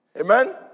Amen